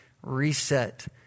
reset